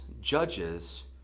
judges